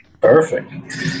Perfect